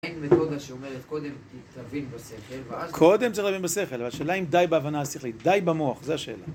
אין מתודה שאומרת קודם תבין בשכל ואז... קודם צריך להבין בשכל, אבל השאלה היא אם די בהבנה השכלית, די במוח, זו השאלה.